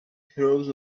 throws